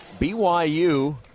BYU